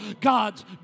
God's